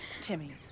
Timmy